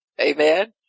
Amen